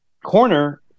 corner